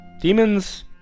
demons